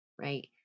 right